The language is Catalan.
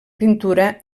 pintura